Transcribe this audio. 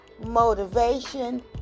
motivation